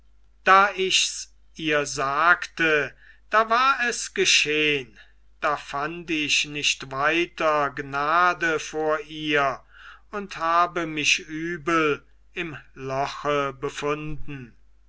da ichs ihr sagte da war es geschehn da fand ich nicht weiter gnade vor ihr und habe mich übel im loche befunden